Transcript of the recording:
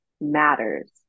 matters